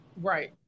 Right